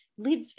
live